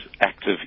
active